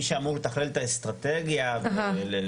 מי שאמור לתכלל את האסטרטגיה --- אוקיי,